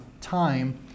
time